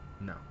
No